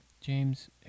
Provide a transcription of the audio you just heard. James